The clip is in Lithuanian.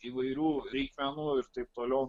įvairių reikmenų ir taip toliau